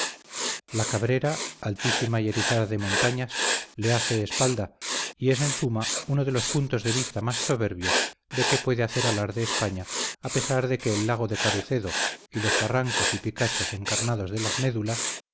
la cabrera altísima y erizada de montañas le hace espalda y es en suma uno de los puntos de vista más soberbios de que puede hacer alarde españa a pesar de que el lago de carucedo y los barrancos y picachos encarnados de las médulas